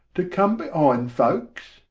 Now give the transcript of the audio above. to come behinde folkes?